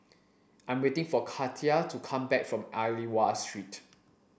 I'm waiting for Katia to come back from Aliwal Street